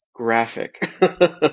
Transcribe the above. graphic